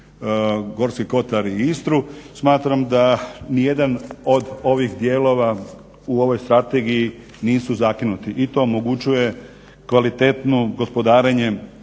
Gorski kotar i Istru. Smatram da nijedan od ovih dijelova u ovoj strategiji nisu zakinuti i to omogućuje kvalitetno gospodarenje